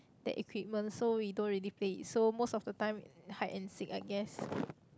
that equipment so we don't really play it so most of the time hide and seek I guess